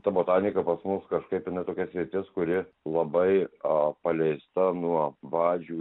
ta botanika pas mus kažkaip jinai tokia sritis kuri labai a paleista nuo vadžių